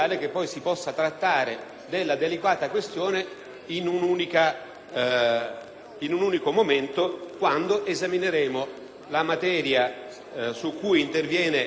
in un unico momento, quando esamineremo la materia su cui interviene l'emendamento del Governo che certamente, anche se non identica, è affine.